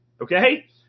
Okay